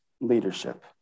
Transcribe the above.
leadership